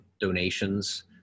donations